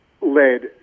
led